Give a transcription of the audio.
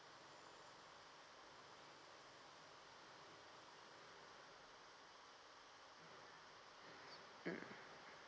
mm